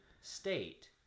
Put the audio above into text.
state